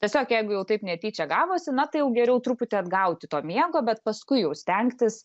tiesiog jeigu jau taip netyčia gavosi na tai jau geriau truputį atgauti to miego bet paskui jau stengtis